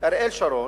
שאריאל שרון,